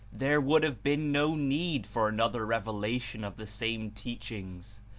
there would have been no need for another revelation of the same teach ings,